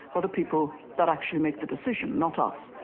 are the people that actually make the decision, not us.